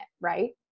right